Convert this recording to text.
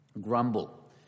grumble